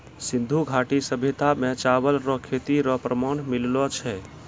सिन्धु घाटी सभ्यता मे चावल रो खेती रो प्रमाण मिललो छै